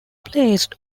placed